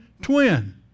Twin